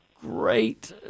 great